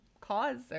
cause